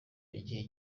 igihe